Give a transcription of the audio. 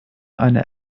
eine